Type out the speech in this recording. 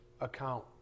account